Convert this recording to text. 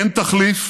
אין תחליף